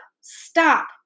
Stop